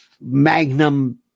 Magnum